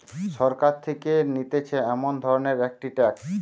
সরকার থেকে নিতেছে এমন ধরণের একটি ট্যাক্স